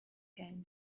game